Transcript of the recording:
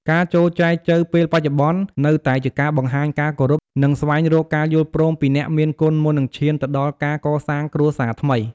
ការចូលចែចូវពេលបច្ចុប្បន្ន នៅតែជាការបង្ហាញការគោរព និងស្វែងរកការយល់ព្រមពីអ្នកមានគុណមុននឹងឈានទៅដល់ការកសាងគ្រួសារថ្មី។